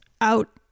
out